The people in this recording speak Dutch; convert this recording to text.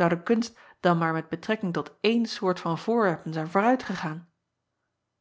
ou de kunst dan maar met acob van ennep laasje evenster delen betrekking tot eene soort van voorwerpen zijn